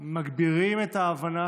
מגבירים את ההבנה